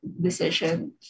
decision